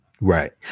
Right